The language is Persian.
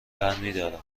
برمیدارد